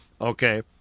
okay